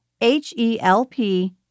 H-E-L-P